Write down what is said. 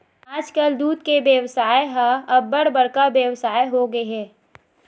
आजकाल दूद के बेवसाय ह अब्बड़ बड़का बेवसाय होगे हे